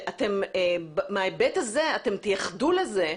שאתם מההיבט הזה תייחדו לזה,